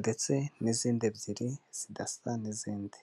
ndetse n'izindi ebyiri zidasa n'izindi.